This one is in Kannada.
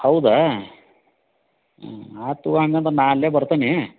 ಹೌದಾ ಆತು ತೊಗೋ ಹಂಗಂದ್ರೆ ನಾ ಅಲ್ಲೇ ಬರ್ತೀನಿ